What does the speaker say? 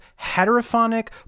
heterophonic